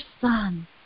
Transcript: Son